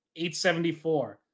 874